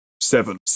seven